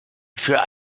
für